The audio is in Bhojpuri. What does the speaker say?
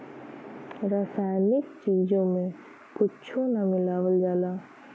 रासायनिक चीज में कुच्छो ना मिलावल जाला